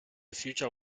future